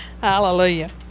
Hallelujah